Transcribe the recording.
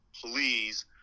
please